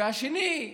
שני,